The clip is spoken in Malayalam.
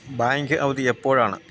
ബാങ്ക് അവധി എപ്പോഴാണ്